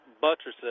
Buttresses